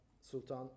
Sultan